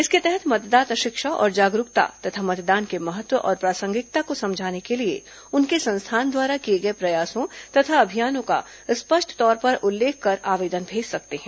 इसके तहत मतदाता शिक्षा और जागरूकता तथा मतदान के महत्व और प्रासंगिकता को समझाने के लिए उनके संस्थान द्वारा किए गए प्रयासों तथा अभियानों का स्पष्ट तौर पर उल्लेख कर आवेदन भेज सकते हैं